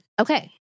Okay